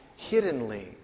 hiddenly